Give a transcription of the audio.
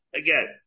again